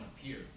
appear